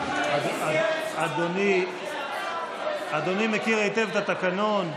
אדוני מכיר היטב את התקנון.